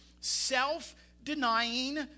self-denying